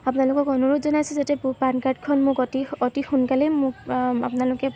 আপোনালোকক অনুৰোধ জনাইছোঁ যাতে মোৰ পান কাৰ্ডখন মোক অতি অতি সোনকালেই মোক আপোনালোকে